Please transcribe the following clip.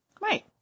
Right